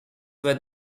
were